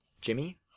Jimmy